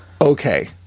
Okay